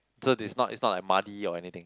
so it's not it's not like muddy or anything